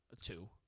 Two